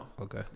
Okay